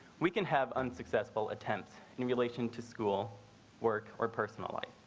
we can have unsuccessful attempts in relation to school work or personal life,